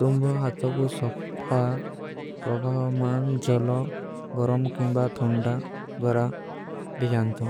ତୁମ୍ଭା ହାତା କୁ ସପ୍ପା ପ୍ରଭାଵମାନ ଜଲୋ ଗରମ କେଂବା ଥୌଂଡା। ଦ୍ଵାରା ବିଜାନତୋ